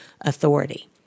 authority